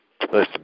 Listen